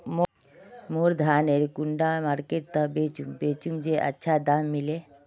मोर धानेर कुंडा मार्केट त बेचुम बेचुम जे अच्छा दाम मिले?